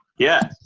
yeah.